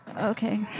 okay